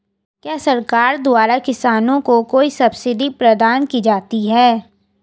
क्या सरकार द्वारा किसानों को कोई सब्सिडी प्रदान की जाती है?